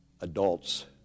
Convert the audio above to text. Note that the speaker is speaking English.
adults